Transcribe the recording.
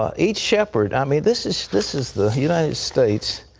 ah each shepherd. i mean, this is this is the united states.